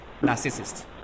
narcissist